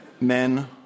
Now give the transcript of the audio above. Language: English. Men